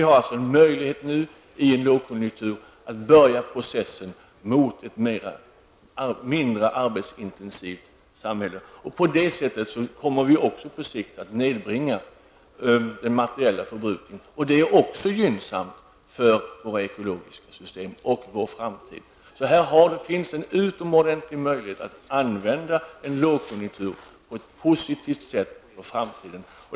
Det finns en möjlighet nu, i en lågkonjunktur, att börja processen mot ett mindre arbetsintensivt samhälle. På det sättet kommer vi på sikt att nedbringa den materiella förbrukningen, och det är gynnsamt för de ekologiska systemen och för vår framtid. Här finns en utomordentlig möjlighet att använda en lågkonjunktur på ett för framtiden positivt sätt.